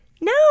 No